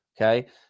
okay